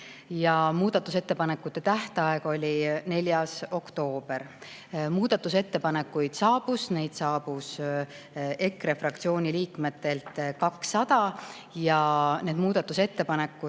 muudatusettepanekute tähtaeg oli 4. oktoobril. Muudatusettepanekuid saabus EKRE fraktsiooni liikmetelt 200. Need muudatusettepanekud